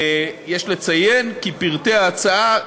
יש לציין כי פרטי ההצעה,